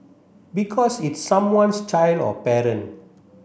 because it's someone's child or parent